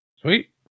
sweet